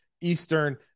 Eastern